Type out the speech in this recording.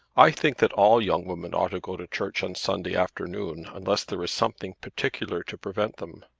i think that all young women ought to go to church on sunday afternoon unless there is something particular to prevent them.